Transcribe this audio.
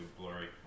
blurry